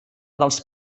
dels